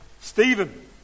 Stephen